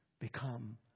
become